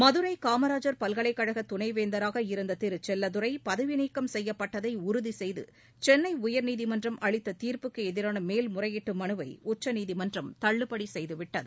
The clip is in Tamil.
மகுரைகாமராசர் பல்கலைக்கழகதுணைவேந்தராக இருந்ததிருபிபிசெல்லதுரை பகவிநீக்கம் செய்யப்பட்டதைஉறுதிசெய்துசென்னைஉயர்நீதிமன்றம் அளித்ததீர்ப்புக்குஎதிரானமேல்முறையீட்டுமனுவைஉச்சநீதிமன்றம் தள்ளுபடிசெய்துவிட்டது